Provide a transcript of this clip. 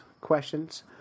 questions